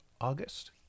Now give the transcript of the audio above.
August